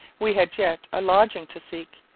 we had yet a lodging to seek,